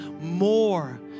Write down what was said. more